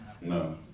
No